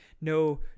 no